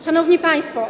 Szanowni Państwo!